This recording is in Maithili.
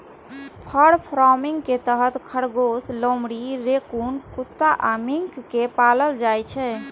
फर फार्मिंग के तहत खरगोश, लोमड़ी, रैकून कुत्ता आ मिंक कें पालल जाइ छै